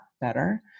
better